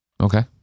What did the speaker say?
Okay